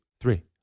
three